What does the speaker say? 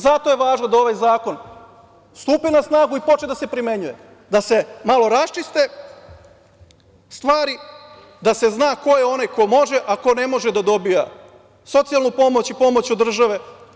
Zato je važno da ovaj zakon stupi na snagu i počne da se primenjuje, da se malo raščiste stvari, da se zna ko je onaj ko može, a ko ne može da dobija socijalnu pomoć i pomoć od države.